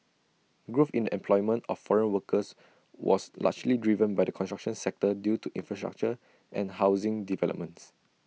growth in the employment of foreign workers was largely driven by the construction sector due to infrastructure and housing developments